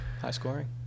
high-scoring